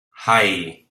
hei